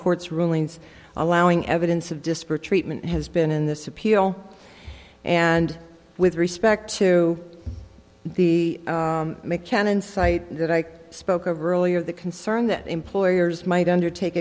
court's rulings allowing evidence of disparate treatment has been in this appeal and with respect to the mccann insight that i spoke of earlier the concern that employers might undertake